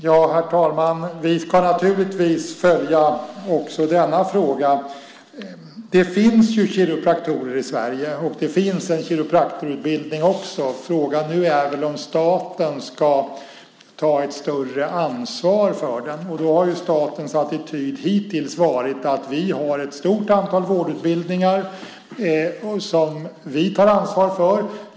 Herr talman! Vi ska naturligtvis följa också denna fråga. Det finns ju kiropraktorer i Sverige, och det finns också en kiropraktorutbildning. Frågan nu är väl om staten ska ta ett större ansvar för den. Statens attityd hittills har varit att vi har ett stort antal vårdutbildningar som vi tar ansvar för.